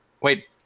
Wait